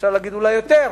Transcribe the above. אפשר להגיד אולי יותר,